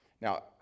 Now